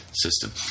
System